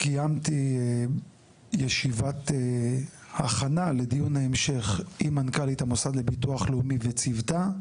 שקיימתי ישיבת הכנה לדיון ההמשך עם מנכ"לית המוסד לביטוח לאומי וצוותה.